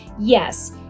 yes